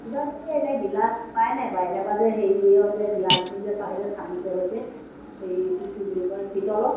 কিবা যদি এনে গিলাচ পায় নাই বাই এনেকুৱা যে হেৰিও যে গিলাচবোৰ পায় যে চামোচৰ সৈতে এইটো কি বুলি কয় পিতলৰ